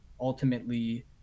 ultimately